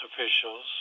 officials